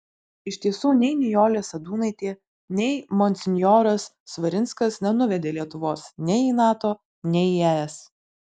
iš tiesų nei nijolė sadūnaitė nei monsinjoras svarinskas nenuvedė lietuvos nei į nato nei į es